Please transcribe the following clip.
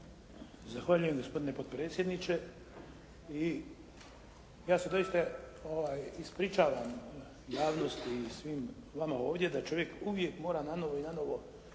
Zahvaljujem gospodine potpredsjedniče i ja se doista ispričavam javnosti i svim vama ovdje da čovjek uvijek mora nanovo i nanovo